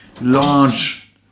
large